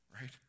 right